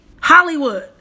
Hollywood